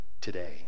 today